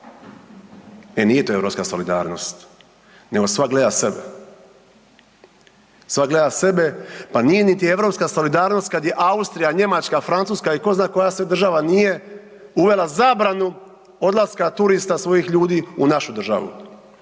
E nije to europska solidarnost nego svak gleda sebe. Svak gleda sebe. Pa nije niti europska solidarnost kada je Austrija, Njemačka, Francuska i tko zna koja sve država nije uvela zabranu odlaska turista svojih ljudi u našu državu